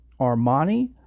Armani